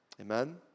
Amen